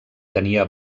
tenia